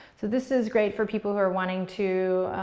so this is great for people who are wanting to,